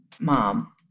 mom